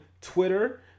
Twitter